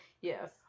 Yes